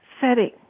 setting